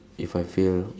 if I feel